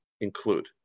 include